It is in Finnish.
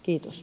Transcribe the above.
kiitos